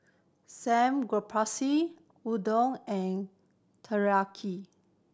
Samgyeopsal Udon and Teriyaki